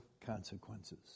consequences